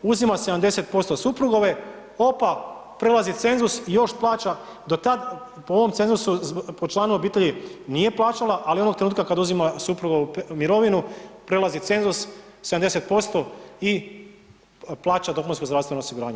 Uzimam 70% suprugove, opa, prelazi cenzus i još plaća do tada, po ovom cenzusu, po članu obitelji nije plaćala, ali onog trenutka kad uzima suprugovu mirovinu, prelazi cenzus 70% i plaća dopunsko zdravstveno osiguranje.